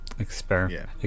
experiment